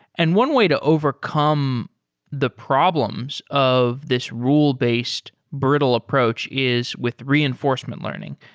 and one way to overcome the problems of this rule-based brittle approach is with reinforcement learning.